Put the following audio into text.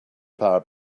power